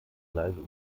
leidet